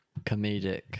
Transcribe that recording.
comedic